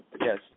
Yes